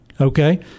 okay